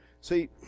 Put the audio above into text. See